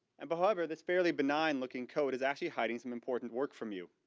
and but however this fairly benign looking code is actually hiding some important work from you.